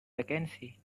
vacancy